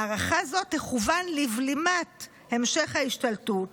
מערכה זו תכוון לבלימת המשך ההשתלטות,